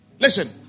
Listen